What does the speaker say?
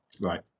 Right